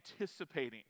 anticipating